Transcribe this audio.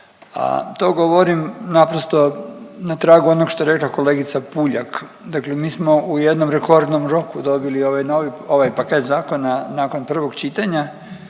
to govorim naprosto na tragu onog što je rekla kolegica Puljak, dakle mi smo u jednom rekordnom roku dobili ovaj novi, ovaj paket zakona nakon prvog čitanja